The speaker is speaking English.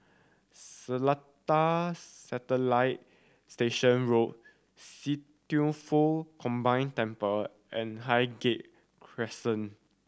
Seletar Satellite Station Road See Foh Combined Temple and Highgate Crescent